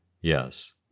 Yes